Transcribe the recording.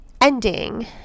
ending